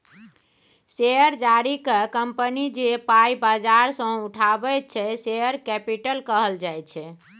share जारी कए company जे पाइ बजार सँ उठाबैत छै शेयर कैपिटल कहल जाइ छै